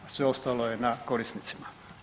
Sve ostalo je na korisnicima.